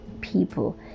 people